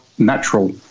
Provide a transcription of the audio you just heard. natural